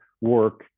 work